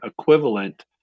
equivalent